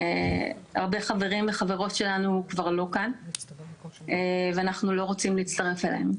הרבה חברים וחברות שלנו כבר לא כאן ואנחנו לא רוצים להצטרף אליהם,